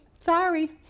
Sorry